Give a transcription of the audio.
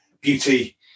beauty